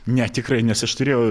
ne tikrai nes aš turėjau